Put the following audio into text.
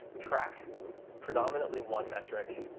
track predominately one metric,